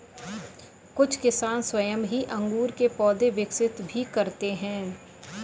कुछ किसान स्वयं ही अंगूर के पौधे विकसित भी करते हैं